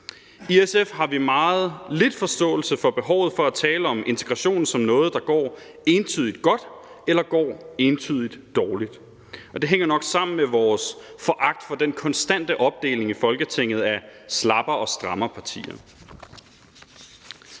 I SF har vi meget lidt forståelse for behovet for at tale om integration som noget, der går entydigt godt eller går entydigt dårligt. Og det hænger nok sammen med vores foragt for den konstante opdeling i Folketinget af slapper- og strammerpartier.